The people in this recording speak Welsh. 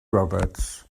roberts